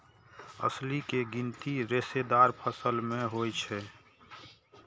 अलसी के गिनती रेशेदार फसल मे होइ छै